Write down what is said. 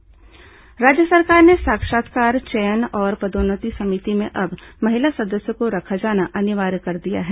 साक्षात्कार महिला सदस्य राज्य सरकार ने साक्षात्कार चयन और पदोन्नति समिति में अब महिला सदस्य को रखा जाना अनिवार्य कर दिया है